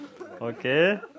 Okay